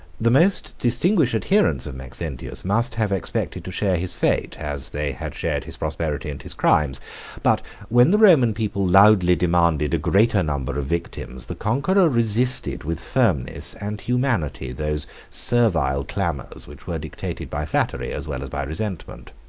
the most distinguished adherents of maxentius must have expected to share his fate, as they had shared his prosperity and his crimes but when the roman people loudly demanded a greater number of victims, the conqueror resisted with firmness and humanity, those servile clamors, which were dictated by flattery as well as by resentment.